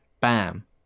bam